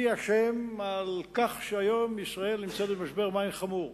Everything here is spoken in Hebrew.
מי אשם בכך שהיום ישראל נמצאת במשבר מים חמור?